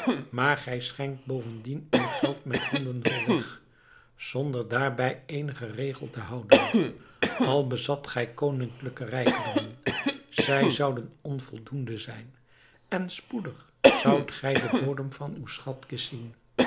maar gij schenkt bovendien uw geld met handen vol weg zonder daarbij eenigen regel te houden al bezat gij koninklijke rijkdommen zij zouden onvoldoende zijn en spoedig zoudt gij den bodem van uwe schatkist zien